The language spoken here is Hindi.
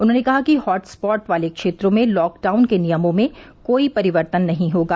उन्होंने कहा कि हॉटस्पॉट वाले क्षेत्रों में लॉकडाउन के नियमों में कोई परिवर्तन नहीं होगा